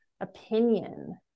opinion